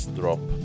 drop